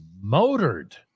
motored